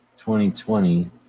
2020